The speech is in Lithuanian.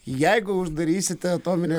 jeigu uždarysite atominę